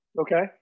Okay